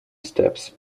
steps